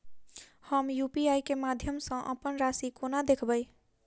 हम यु.पी.आई केँ माध्यम सँ अप्पन राशि कोना देखबै?